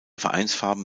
vereinsfarben